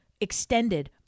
extended